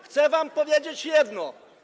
Chcę wam powiedzieć jedno.